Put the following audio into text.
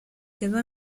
quedó